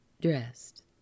dressed